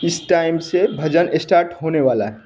इस टाइम से भजन स्टार्ट होने वाला है